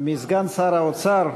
מסגן שר האוצר,